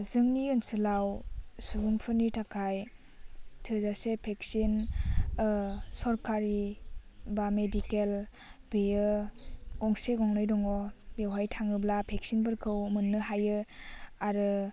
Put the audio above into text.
जोंनि ओनसोलाव सुबुंफोरनि थाखाय थोजासे भेक्सिन सरकारि बा मेडिकेल बेयो गंसे गंनै दङ बेवहाय थाङोब्ला भेक्सिनफोरखौ मोननो हायो आरो